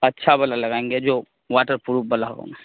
اچھا والا لگائیں گے جو واٹر پروف والا ہوگا میںا